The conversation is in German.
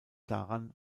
daran